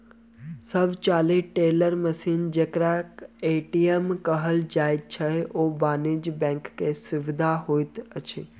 स्वचालित teller machine जेकरा ATM कहल जाइत छै, ओ वाणिज्य बैंक के सुविधा होइत अछि